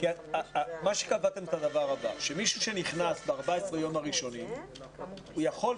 קבעתם שמי שנכנס ב-14 היום הראשונים יכול,